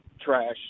trash